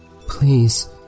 Please